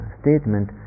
statement